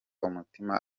umutima